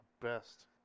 best